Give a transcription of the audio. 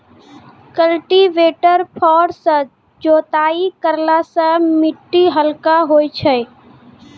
cultivator फार सँ जोताई करला सें मिट्टी हल्का होय जाय छै